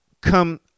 come